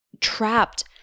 trapped